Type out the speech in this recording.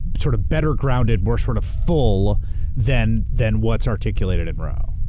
sort of better grounded, more sort of full than than what's articulated in roe.